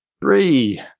Three